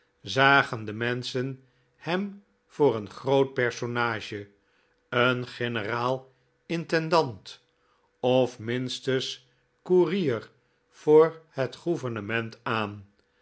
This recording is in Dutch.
zagen de menschen hem voor een groot personage een generaal intendant of minstens courier voor het gouvernement aan